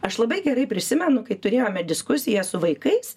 aš labai gerai prisimenu kai turėjome diskusiją su vaikais